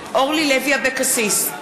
אורלי לוי אבקסיס,